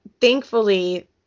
thankfully